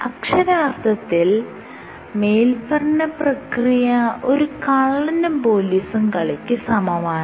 അക്ഷരാർത്ഥത്തിൽ മേല്പറഞ്ഞ പ്രക്രിയ ഒരു കള്ളനും പോലീസും കളിയ്ക്ക് സമാനമാണ്